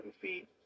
feet